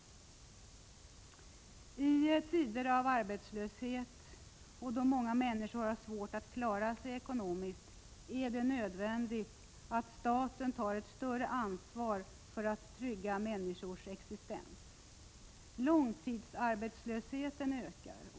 I tider av arbetslöshet och då många människor har svårt för att klara sig ekonomiskt är det nödvändigt att staten tar ett större ansvar för att trygga människors existens. Långtidsarbetslösheten ökar.